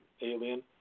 alien